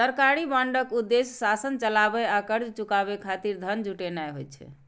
सरकारी बांडक उद्देश्य शासन चलाबै आ कर्ज चुकाबै खातिर धन जुटेनाय होइ छै